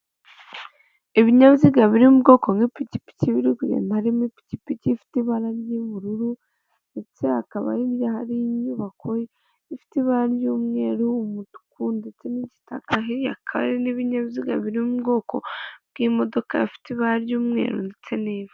Ibinyabiziga biri mu bwoko bw'ipikipiki, biri kugenda, harimo ipikipiki ifite ibara ry'ubururu, ndetse hakaba hari inyubako ifite ibara ry'umweru umutuku ndetse n'igitaka, n'ibinyabiziga biri mu bwoko bw'imodoka ifite ibara ry'umweru ndetse n'ivu.